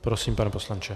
Prosím, pane poslanče.